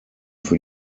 für